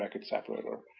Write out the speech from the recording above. like separator.